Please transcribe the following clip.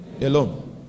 Alone